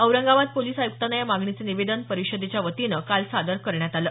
Aurangabad police आयुक्तांना या मागणीचं निवेदन परिषदेच्या वतीनं सादर करण्यात आलं